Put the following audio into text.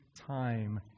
Time